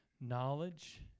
knowledge